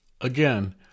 Again